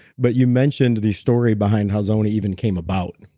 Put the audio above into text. but you mentioned the story behind how zona even came about.